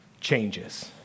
changes